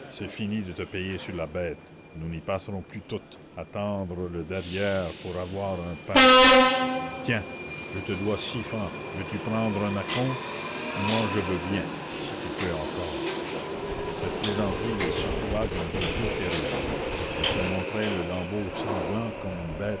fini de te payer sur la bête nous n'y passerons plus toutes à tendre le derrière pour avoir un pain tiens je te dois six francs veux-tu prendre un acompte moi je veux bien si tu peux encore cette plaisanterie les secoua d'une gaieté terrible elles se montraient le lambeau sanglant comme une bête